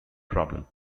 problem